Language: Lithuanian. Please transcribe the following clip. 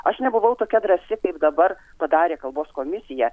aš nebuvau tokia drąsi kaip dabar padarė kalbos komisija